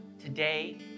today